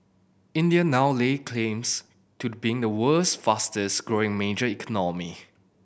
India now lays claims to being the world's fastest growing major economy